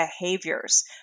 behaviors